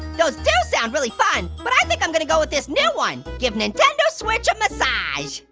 those do sound really fun, but i think i'm gonna go with this new one, give nintendo switch a massage!